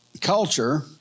culture